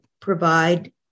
provide